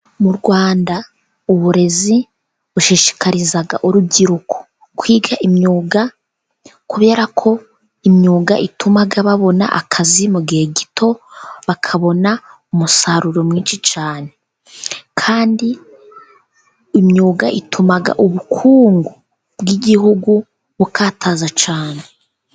Mu Rwanda uburezi bushishikariza urubyiruko kwiga imyuga, kubera ko imyuga ituma babona akazi mu gihe gito, bakabona umusaruro mwinshi cyane. Kandi imyuga ituma ubukungu bw'igihugu bukataza cyane.